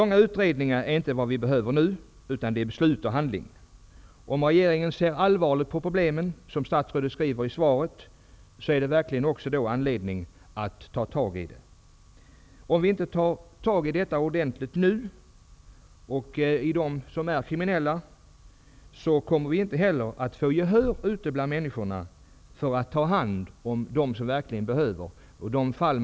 Nu behövs det inte några långvariga utredningar, utan det behövs beslut och handling. Om regeringen ser allvarligt på problemen, som statsrådet skriver i svaret, finns det verkligen anledning att ta tag i dem. Om man inte gör det nu och om man inte tar itu med dem som är kriminella, kommer man inte heller att få något gehör från människorna för att ta hand om dem som verkligen behöver tas om hand.